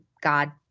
God